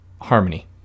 harmony